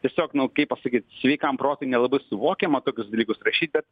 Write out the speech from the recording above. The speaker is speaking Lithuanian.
tiesiog nu kaip pasakyt sveikam protui nelabai suvokiama tokius dalykus rašyt bet